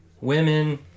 women